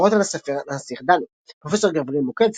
ביקורות על הספר "הנסיך דני" פרופ׳ גבריאל מוקד,